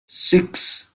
six